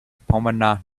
pomona